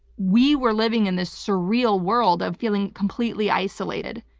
we were living in this surreal world of feeling completely isolated.